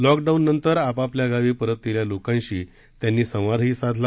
लॉकडाऊननंतर आपापल्या गावी परतलेल्या लोकांशी त्यांनी संवादही साधला